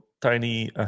tiny